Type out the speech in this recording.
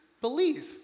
believe